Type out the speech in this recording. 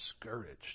discouraged